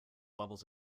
levels